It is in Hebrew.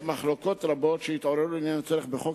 מחלוקות רבות שהתעוררו בעניין הצורך בחוק,